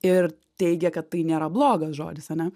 ir teigia kad tai nėra blogas žodis ane